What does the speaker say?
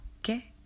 okay